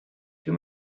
too